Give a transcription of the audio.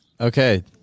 Okay